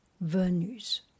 Venus